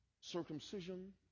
circumcision